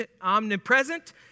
omnipresent